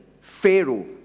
Pharaoh